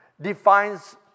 defines